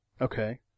Okay